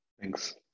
Thanks